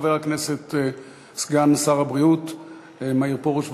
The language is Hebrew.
חבר הכנסת סגן שר הבריאות מאיר פרוש,